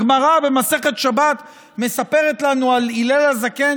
הגמרא במסכת שבת מספרת לנו על הלל הזקן,